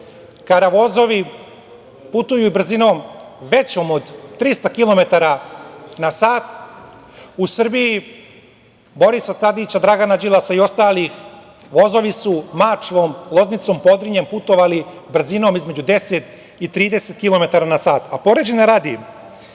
kada vozovi putuju i brzinom većom od 300 kilometara na sat, u Srbiji Borisa Tadića, Dragana Đilasa i ostalih vozovi su Mačvom, Loznicom, Podrinjem putovali brzinom između 10 i 30 kilometara na sat. Poređenja radi,